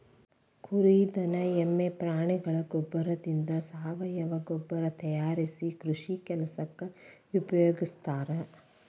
ಕುರಿ ದನ ಎಮ್ಮೆ ಪ್ರಾಣಿಗಳ ಗೋಬ್ಬರದಿಂದ ಸಾವಯವ ಗೊಬ್ಬರ ತಯಾರಿಸಿ ಕೃಷಿ ಕೆಲಸಕ್ಕ ಉಪಯೋಗಸ್ತಾರ